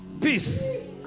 peace